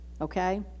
okay